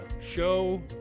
show